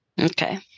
Okay